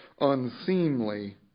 unseemly